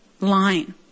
line